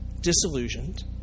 disillusioned